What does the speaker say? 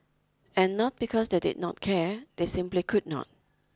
and not because they did not care they simply could not